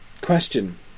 question